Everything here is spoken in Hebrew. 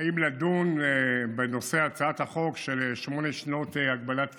אם לדון בנושא הצעת החוק של שמונה שנות הגבלת כהונה,